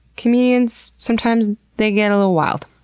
comedians, sometimes they get a little wild.